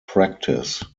practice